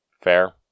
Fair